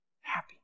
Happy